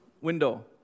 window